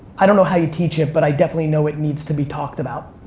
i don't know how you teach it, but i definitely know it needs to be talked about.